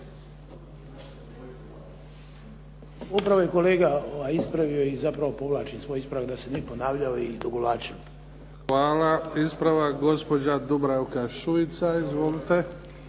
Upravo je kolega ispravio i zapravo povlačim svoj ispravak da se ne bih ponavljao i odugovlačio. **Bebić, Luka (HDZ)** Hvala. Ispravak gospođa Dubravka Šuica. Izvolite.